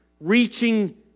reaching